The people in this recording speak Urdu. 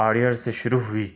آریہ سے شروع ہوئی